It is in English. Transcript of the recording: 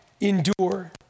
endure